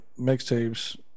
mixtapes